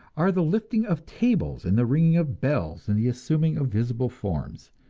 are the lifting of tables and the ringing of bells and the assuming of visible forms.